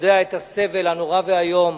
יודע את הסבל הנורא והאיום